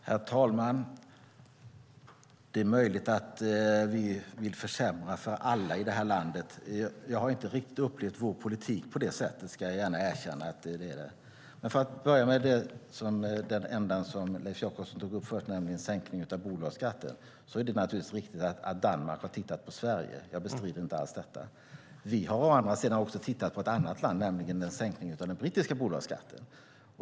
Herr talman! Det är möjligt att vi vill försämra för alla i det här landet. Jag har inte riktigt upplevt vår politik på det sättet ska jag gärna erkänna. Jag börjar med den ändan som Leif Jakobsson tog upp först med sänkning av bolagsskatten. Det är naturligtvis riktigt att Danmark har tittat på Sverige. Jag bestrider inte alls det. Vi har å andra sidan också tittat på ett annat land, nämligen på sänkningen av den brittiska bolagsskatten.